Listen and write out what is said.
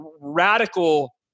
radical